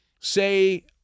Say